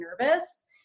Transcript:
nervous